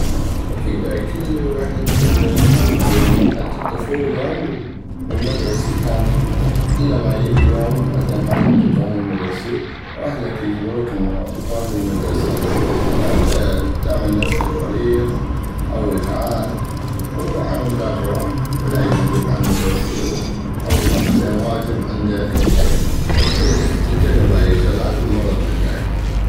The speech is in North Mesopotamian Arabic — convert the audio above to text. اكيد كل ويحد مر بمرحلة الطفولة والمدرسي كان انو الا ما يجي يوم مثلا ما تحب تغوح للمدرسي واهلك يجبروك انو تغوح للمدرسي فانت تعمل نفسك مريض او وجعان علمود لا تغوح ولا يدزوك على المدرسي او مثلا واجب عندك او شي فانت تتجنب هاي الشغلات وبالمرض تتدعي.